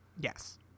Yes